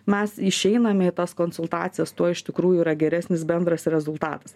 mes išeiname į tas konsultacijas tuo iš tikrųjų yra geresnis bendras rezultatas